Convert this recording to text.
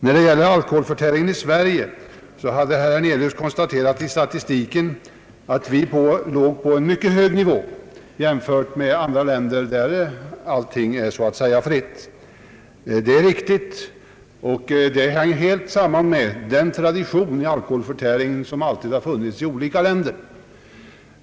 När det gäller alkoholförtäringen i Sverige hade herr Hernelius konstaterat i statistiken, att vi ligger på en mycket hög nivå jämfört med andra länder där allting är så att säga fritt. Det är riktigt, och det hänger helt samman med den tradition i fråga om alkoholförtäring som alltid har funnits i olika länder.